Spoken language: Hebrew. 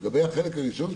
לגבי החלק הראשון,